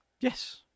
Yes